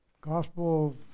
Gospel